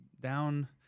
down